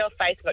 Facebook